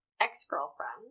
ex-girlfriend